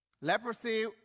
leprosy